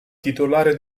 titolare